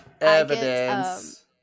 Evidence